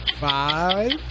Five